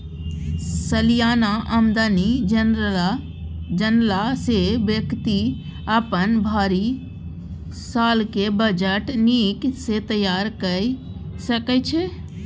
सलियाना आमदनी जनला सँ बेकती अपन भरि सालक बजट नीक सँ तैयार कए सकै छै